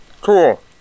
Cool